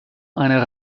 einer